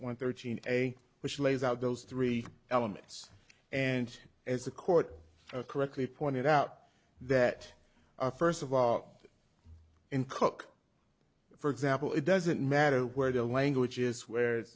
one thirteen a which lays out those three elements and as the court correctly pointed out that first of all in cook for example it doesn't matter where the language is where